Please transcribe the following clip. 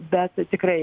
bet tikrai